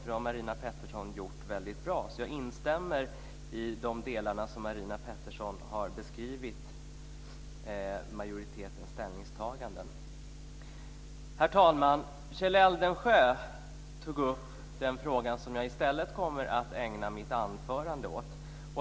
Det har Marina Pettersson gjort väldigt bra. Jag instämmer i de delar där Marina Pettersson har beskrivit majoritetens ställningstaganden. Herr talman! Kjell Eldensjö tog upp den fråga som jag i stället kommer att ägna mitt anförande åt.